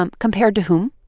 um compared to whom?